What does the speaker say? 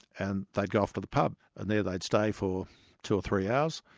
and they'd go off to the pub, and there they'd stay for two or three hours,